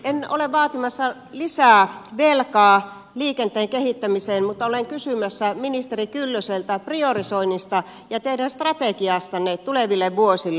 en ole vaatimassa lisää velkaa liikenteen kehittämiseen mutta olen kysymässä ministeri kyllöseltä priorisoinnista ja teidän strategiastanne tuleville vuosille